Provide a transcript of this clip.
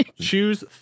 choose